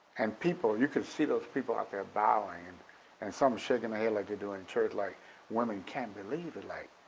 and people, you could see those people out there bowing and and some shaking their and head like they do in church, like women can't believe it like,